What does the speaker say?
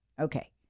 Okay